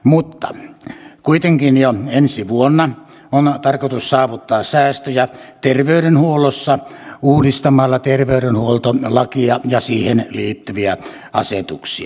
mutta kuitenkin jo ensi vuonna on tarkoitus saavuttaa säästöjä terveydenhuollossa uudistamalla terveydenhuoltolakia ja siihen liittyviä asetuksia